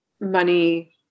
money